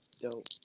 Dope